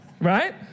right